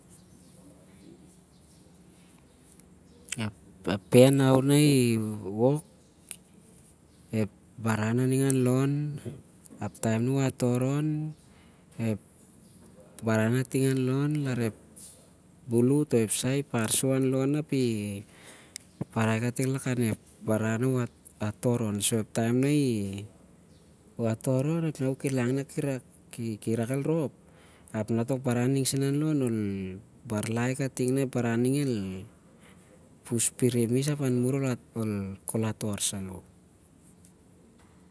A pen how na i wok, ep baran aning anlon, apep taem nah u atoron ep, baran nah ting anlon larep bulut oi- ep- sah nah- i- par- sou anlon api- han kating anep baran nah- u- ator on. So ep taem nah u atoron ap nah- u kilangi kanak irak el rop, ap ol bailai kating el pus pirim is- ap ol ator saloh.